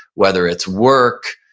whether it's work,